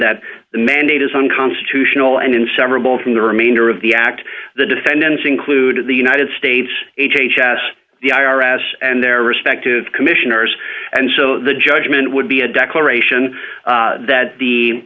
the mandate is unconstitutional and inseparable from the remainder of the act the defendants included the united states h h s the i r s and their respective commissioners and so the judgment would be a declaration that the